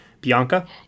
bianca